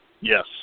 Yes